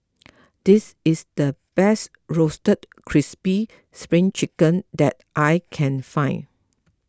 this is the best Roasted Crispy Spring Chicken that I can find